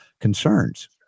concerns